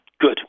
Good